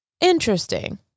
interesting